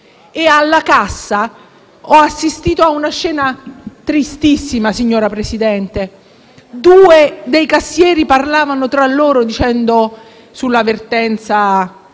e alla cassa ho assistito a una scena tristissima, signor Presidente: due dei cassieri parlavano tra loro della vertenza